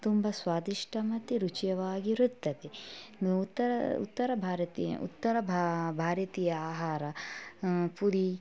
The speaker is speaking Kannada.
ತುಂಬ ಸ್ವಾದಿಷ್ಟ ಮತ್ತೆ ರುಚಿಯಾಗಿರುತ್ತದೆ ಇನ್ನು ಉತ್ತರ ಉತ್ತರ ಭಾರತೀಯ ಉತ್ತರ ಭಾರತೀಯ ಆಹಾರ ಪೂರಿ